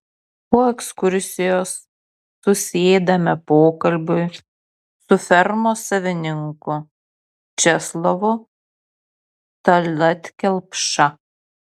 po ekskursijos susėdame pokalbiui su fermos savininku česlovu tallat kelpša